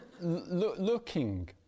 looking